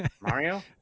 Mario